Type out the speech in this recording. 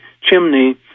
chimney